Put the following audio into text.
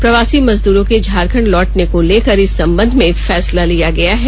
प्रवासी मजदूरों के झारखंड लौटने को लेकर इस संबंध में फैसला लिया गया है